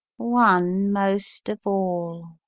one most of all.